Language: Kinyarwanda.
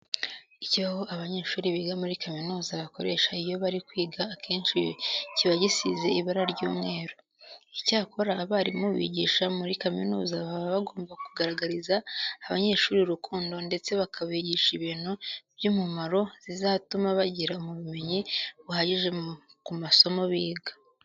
Ikibaho abanyeshuri biga muri kaminuza bakoresha iyo bari kwiga akenshi kiba gisize ibara ry'umweru. Icyakora abarimu bigisha muri kaminuza baba bagomba kugaragariza abanyeshuri urukundo ndetse bakabigisha ibintu by'umumaro zizatuma bagira ubumenyi buhagije ku masomo biga.